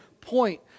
point